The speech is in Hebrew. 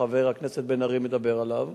שחבר הכנסת בן-ארי מדבר עליו,